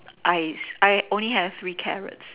I I only have three carrots